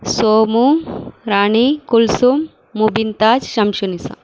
Somu Rani Kulsum Mubintaj Shamshanisa